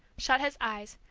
shut his eyes,